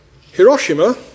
Hiroshima